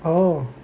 oh